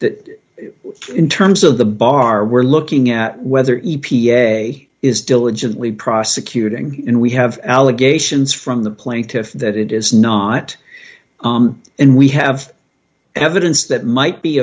that in terms of the bar we're looking at whether e p a is diligently prosecuting and we have allegations from the plaintiff that it is not and we have evidence that might be